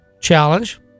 challenge